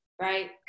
right